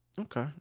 Okay